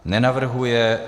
Nenavrhuje.